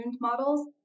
models